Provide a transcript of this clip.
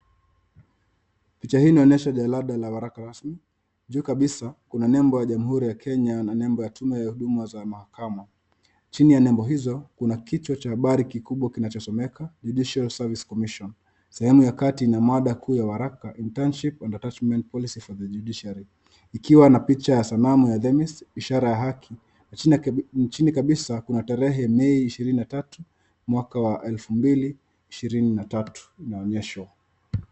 Picha hii inaonyesha jalada la waraka rasmi. Juu kabisa kuna nembo ya Jamhuri ya Kenya na nembo ya Tume ya Huduma za Mahakama. Chini ya nembo hizo kuna kichwa cha habari kikubwa kinachosomeka Judicial Service Commission . Sehemu ya kati ina mada kuu ya waraka, Internship and Attachment Policy for the Judiciary , ikiwa na picha ya sanamu ya Themis ishara ya haki, na chini kabisa kuna tarehe Mei ishirini na tatu mwaka wa elfu mbili ishirini na tatu inaonyeshwa.